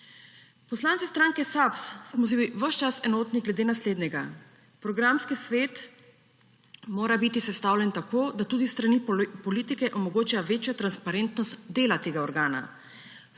Poslanski skupini SAB smo si ves čas enotni glede naslednjega. Programski svet mora biti sestavljen tako, da tudi s strani politike omogoča večjo transparentnost dela tega organa,